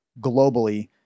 globally